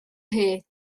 hyd